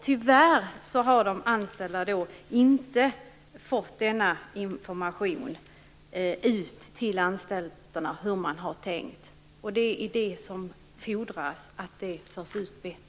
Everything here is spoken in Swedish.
Tyvärr har de anställda inte fått information ut till anstalterna om hur man har tänkt. Det som fordras är att informationen förs ut bättre.